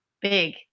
big